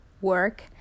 work